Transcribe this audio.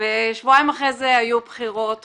שבועיים אחרי זה היו בחירות חוזרות.